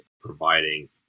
providing